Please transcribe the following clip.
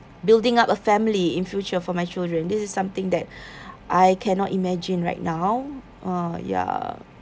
building up a family in future for my children this is something that I cannot imagine right now ah ya